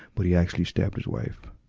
but he actually stabbed his wife.